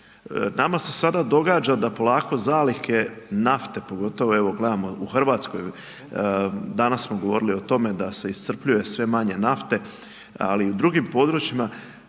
Nama se sada događa da polako zalihe nafte, pogotovo evo gledamo u RH, danas smo govorili o tome da se iscrpljuje sve manje nafte, ali i u drugim područjima,